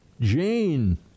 Jane